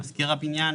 משכיר הבניין